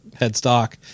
headstock